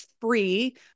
free